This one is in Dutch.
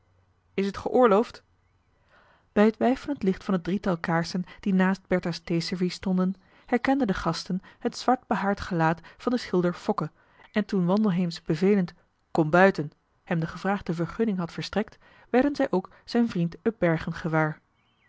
is het geoorloofd bij het weifelend licht van het drietal kaarsen die marcellus emants een drietal novellen naast bertha's theeservies stonden herkenden de gasten het zwart behaard gelaat van den schilder fokke en toen wandelheem's bevelend kom buiten hem de gevraagde vergunning had verstrekt werden zij ook zijn vriend upbergen gewaar